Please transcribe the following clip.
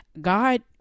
God